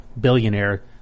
billionaire